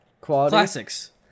Classics